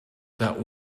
that